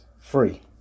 free